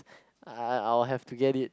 I I I will have to get it